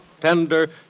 tender